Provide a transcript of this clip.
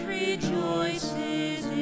rejoices